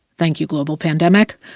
thank you, global pandemic.